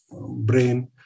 brain